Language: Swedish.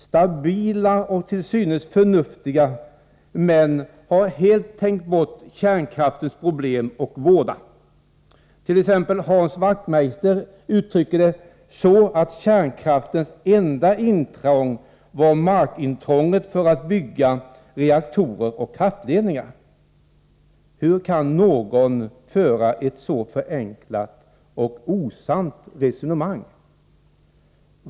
Stabila och till synes förnuftiga män har helt bortsett från kärnkraftens problem och vådor. Exempelvis Hans Wachtmeister har uttryckt det så, att kärnkraftens enda intrång är markintrånget för att bygga reaktorer och kraftledningar. Hur kan någon föra ett så förenklat och osant resonemang?